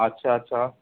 अछा अछा